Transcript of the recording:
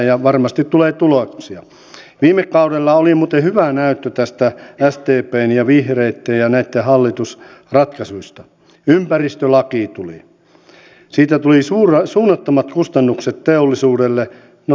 olenkin iloinen että sitra aloittaa kokeilun jossa nämä työpaikat sitten tuodaan julkisuuteen ja te keskusten ja kuntien tehtävänä olisi sitten löytää sopivat henkilöt noihin työpaikkoihin